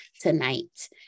tonight